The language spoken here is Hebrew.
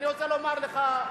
אני רוצה להגיד לך,